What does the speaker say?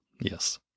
Yes